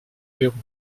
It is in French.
pérou